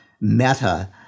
Meta